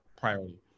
priority